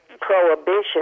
Prohibition